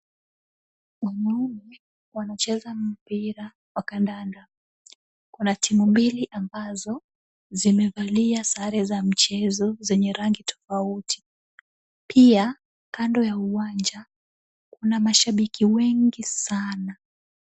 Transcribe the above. Wanaume wanacheza mpira wa kandanda, kuna timu mbili ambazo zimevalia sare za mchezo zenye rangi tofauti, pia kando ya uwanja kuna mashabiki wengi sana.